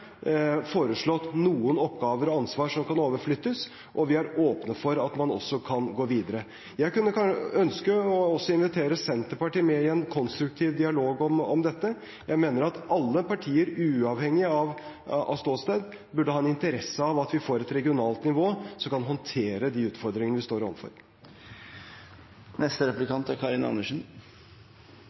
foreslått noen oppgaver og noe ansvar som kan overflyttes, og vi er åpne for at man også kan gå videre. Jeg kunne ønske også å invitere Senterpartiet med i en konstruktiv dialog om dette. Jeg mener at alle partier, uavhengig av ståsted, burde ha en interesse av at vi får et regionalt nivå som kan håndtere de utfordringene vi overfor. SV er